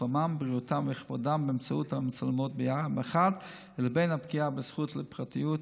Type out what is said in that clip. בריאותם וכבודם באמצעות המצלמות מחד גיסא לבין הפגיעה בזכות לפרטיות,